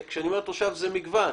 כשאני אומר תושב הכוונה למגוון